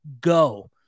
Go